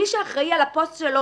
מי שאחראי על הפוסט שלו,